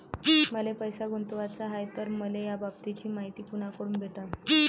मले पैसा गुंतवाचा हाय तर मले याबाबतीची मायती कुनाकडून भेटन?